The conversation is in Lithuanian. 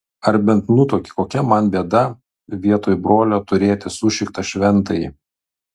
ar bent nutuoki kokia man bėda vietoj brolio turėti sušiktą šventąjį